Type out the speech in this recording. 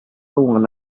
one